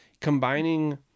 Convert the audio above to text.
combining